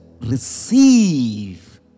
Receive